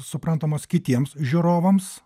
suprantamos kitiems žiūrovams